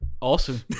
Awesome